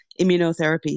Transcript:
immunotherapy